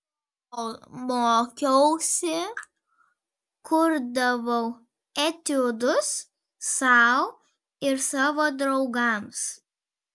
kol mokiausi kurdavau etiudus sau ir savo draugams